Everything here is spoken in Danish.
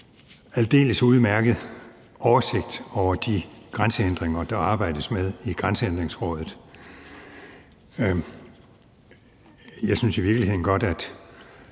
aldeles udmærket oversigt over de grænsehindringer, der arbejdes med i Grænsehindringsrådet. Jeg synes i virkeligheden godt, at